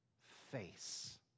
face